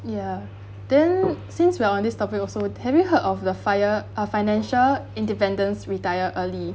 ya then since we're on this topic also have you heard of the FIRE uh financial independence retire early